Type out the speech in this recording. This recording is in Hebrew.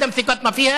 למרות שאינה בוטחת בה,